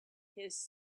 his